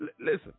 Listen